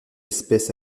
espèce